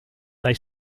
they